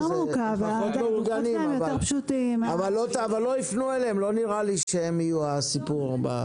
אבל לא יפנו אליהם, לא נראה לי שהם יהיו הסיפור.